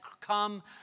come